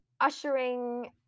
ushering